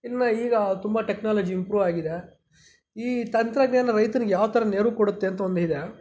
ಇನ್ನೂ ಈಗ ತುಂಬ ಟೆಕ್ನಾಲಜಿ ಇಂಪ್ರೂವಾಗಿದೆ ಈ ತಂತ್ರಜ್ಞಾನ ರೈತ್ರಿಗೆ ಯಾವ ಥರ ನೆರವು ಕೊಡುತ್ತೆ ಅಂತ ಒಂದಿದೆ